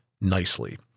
nicely